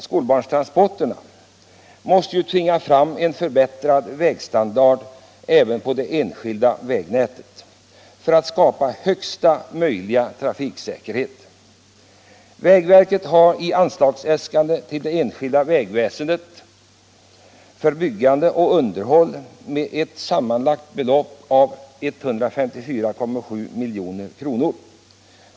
Skolbarnstransporterna måste tvinga fram en förbättrad vägstandard, även på det enskilda vägnätet, för att man skall kunna skapa högsta möjliga trafiksäkerhet. Vägverket har äskat ett anslag till det enskilda vägväsendet för byggande och underhåll på sammanlagt 154,7 milj.kr.